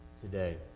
today